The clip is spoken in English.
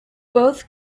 both